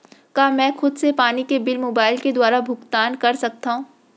का मैं खुद से पानी के बिल मोबाईल के दुवारा भुगतान कर सकथव?